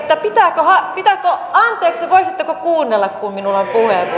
pitääkö anteeksi voisitteko kuunnella kun minulla on